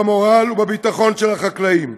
במורל ובביטחון של החקלאים.